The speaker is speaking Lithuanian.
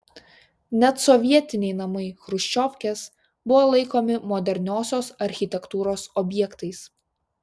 net sovietiniai namai chruščiovkės buvo laikomi moderniosios architektūros objektais